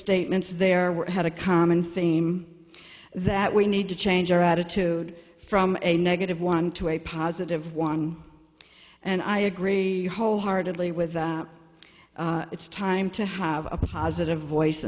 statements there had a common theme that we need to change our attitude from a negative one to a positive one and i agree wholeheartedly with it's time to have a positive voice